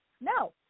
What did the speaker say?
no